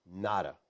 Nada